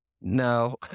no